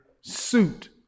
suit